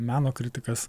meno kritikas